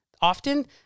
often